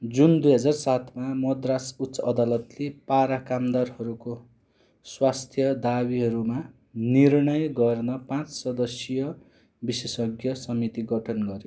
जुन दुई हजार सातमा मद्रास उच्च अदालतले पारा कामदारहरूको स्वास्थ्य दावीहरूमा निर्णय गर्न पाँच सदस्यीय विशेषज्ञ समिति गठन गऱ्यो